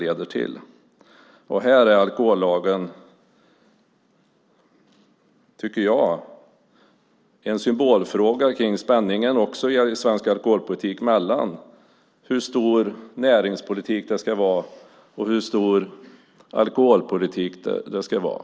Här tycker jag att alkohollagen är en symbolfråga kring spänningen i svensk alkoholpolitik mellan hur stor näringspolitik det ska vara och hur stor alkoholpolitik det ska vara.